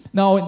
Now